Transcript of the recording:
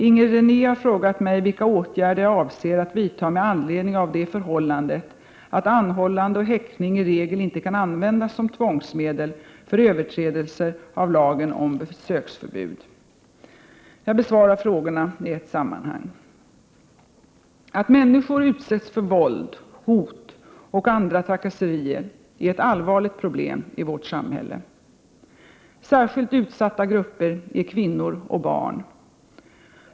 Inger René har frågat mig vilka åtgärder jag avser att vidta med anledning av det förhållandet att anhållande och häktning i regel inte kan användas som tvångsmedel för överträdelser av lagen om besöksförbud. Jag besvarar frågorna i ett sammanhang. Att människor utsätts för våld, hot och andra trakasserier är ett allvarligt problem i vårt samhälle. Särskilt utsatta grupper är kvinnor och barn.